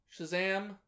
Shazam